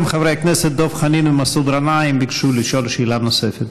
גם חברי הכנסת דב חנין ומסעוד גנאים ביקשו לשאול שאלה נוספת.